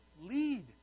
lead